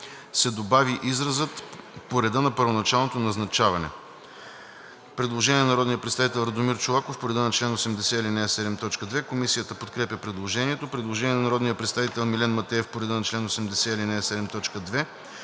се добави изразът „по реда на първоначалното назначаване“.“ Предложение на народния представител Радомир Чолаков по реда на чл. 80, ал. 7, т. 2. Комисията подкрепя предложението. Предложение на народния представител Милен Матеев по реда на чл. 80, ал. 7,